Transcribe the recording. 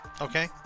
Okay